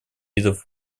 видов